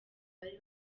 bari